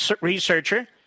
researcher